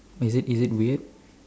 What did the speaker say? is it is it weird